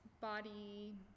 body